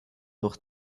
durch